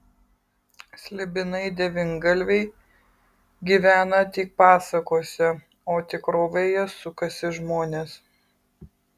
slibinai devyngalviai gyvena tik pasakose o tikrovėje sukasi žmonės